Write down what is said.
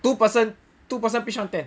two person two person pitch one tent